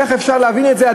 איך אפשר להבין את זה?